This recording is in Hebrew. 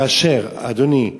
כאשר, אדוני,